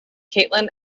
caitlin